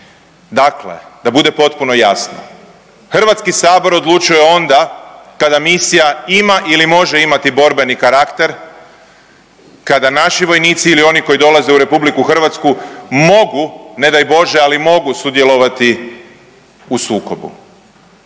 Dakle da bude potpuno jasno, HS odlučuje onda kada misija ima ili može imati borbeni karakter kada naši vojnici ili oni koji dolaze u RH mogu, ne daj Bože, ali mogu sudjelovati u sukobu,